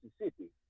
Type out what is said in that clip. Mississippi